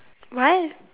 what